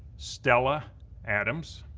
stella adams,